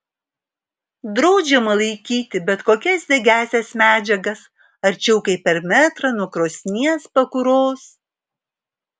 draudžiama laikyti bet kokias degiąsias medžiagas arčiau kaip per metrą nuo krosnies pakuros